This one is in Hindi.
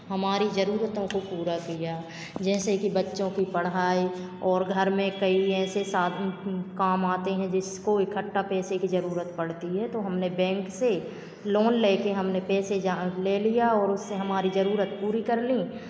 हमारी जरूरतों को पूरा किया जैसे कि बच्चों की पढ़ाई और घर में कई ऐसे काम आते हैं जिसको इकट्ठा पैसे की जरूरत पड़ती है तो हमने बैंक से लोन लेके हमने पैसे ले लिया और उससे हमारी जरूरत पूरी कर ली